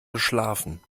geschlafen